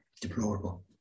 deplorable